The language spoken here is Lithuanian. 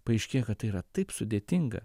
paaiškėja kad tai yra taip sudėtinga